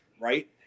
right